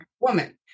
woman